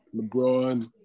LeBron